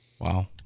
Wow